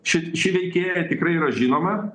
šit ši veikėja tikrai yra žinoma